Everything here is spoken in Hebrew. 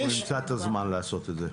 אנחנו נמצא את הזמן לעשות את זה.